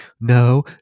no